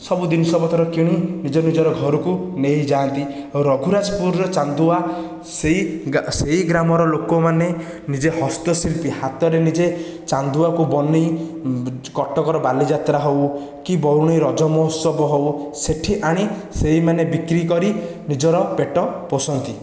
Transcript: ସବୁ ଜିନିଷପତ୍ର କିଣି ନିଜ ନିଜର ଘରକୁ ନେଇ ଜାଆନ୍ତି ରଘୁରାଜପୁରର ଚାନ୍ଦୁଆ ସେହି ଗ୍ରାମର ଲୋକମାନେ ନିଜେ ହସ୍ତଶିଳ୍ପୀ ହାତରେ ନିଜେ ଚାନ୍ଦୁଆକୁ ବନାଇ କଟକର ବାଲିଯାତ୍ରା ହେଉ କି ବରୁଣେଇ ରଜ ମହୋତ୍ସବ ହେଉ ସେଠି ଆଣି ସେହିମାନେ ବିକ୍ରି କରି ନିଜର ପେଟ ପୋଷନ୍ତି